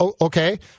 okay